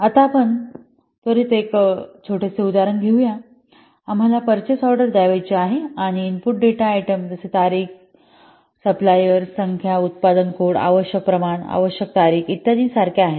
आता आपण त्वरित एक छोटेसे उदाहरण घेऊ की आम्हाला पर्चेस ऑर्डर द्यावयाची आहे आणि इनपुट डेटा आयटम जसे तारीख सप्लायर संख्या उत्पादन कोड आवश्यक प्रमाण आवश्यक तारीख इत्यादि सारख्या आहेत